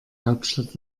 hauptstadt